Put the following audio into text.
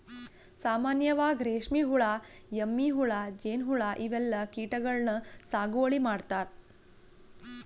ಸಾಮಾನ್ಯವಾಗ್ ರೇಶ್ಮಿ ಹುಳಾ, ಎಮ್ಮಿ ಹುಳಾ, ಜೇನ್ಹುಳಾ ಇವೆಲ್ಲಾ ಕೀಟಗಳನ್ನ್ ಸಾಗುವಳಿ ಮಾಡ್ತಾರಾ